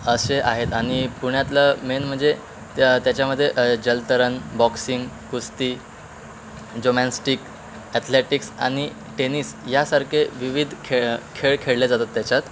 असे आहेत आणि पुण्यातलं मेन म्हणजे त्या त्याच्यामध्ये जलतरण बॉक्सिंग कुस्ती जोमॅनस्टिक ॲथलेटिक्स आणि टेनिस यासारखे विविध खेळ खेळ खेळले जातात त्याच्यात